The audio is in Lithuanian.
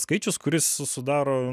skaičius kuris su sudaro